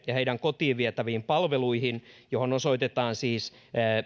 ja heidän kotiin vietäviin palveluihinsa joihin osoitetaan siis